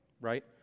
right